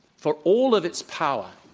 for all of its power,